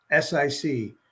SIC